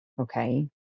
okay